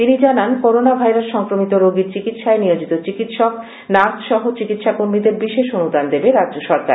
তিনি জানান corona virus সংক্রমিত রোগীর চিকিৎসায় নিয়োজিত চিকিৎসক নার্সসহ চিকিৎসাকর্মীদের বিশেষ অনুদান দেবে রাজ্যসরকার